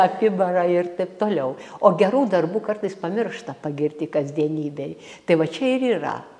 apibara ir taip toliau o gerų darbų kartais pamiršta pagirti kasdienybėj tai va čia ir yra